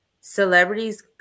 celebrities